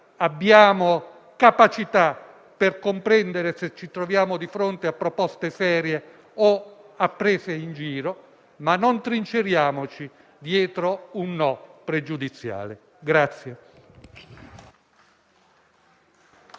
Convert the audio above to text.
abbiamo capacità per comprendere se ci troviamo di fronte a proposte serie o a prese in giro, ma non trinceriamoci dietro un no pregiudiziale.